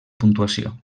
puntuació